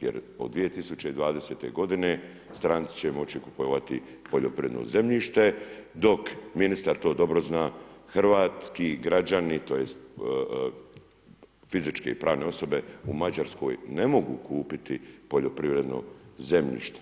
jer od 2020. g. stranci će moći kupovati poljoprivredno zemljište dok ministar to dobro zna, hrvatski građani tj. fizičke i pravne osobe u Mađarskoj ne mogu kupiti poljoprivredno zemljište.